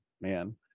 man